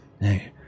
Hey